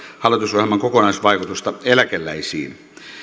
hallitusohjelman kokonaisvaikutusta eläkeläisiin